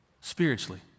spiritually